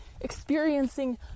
experiencing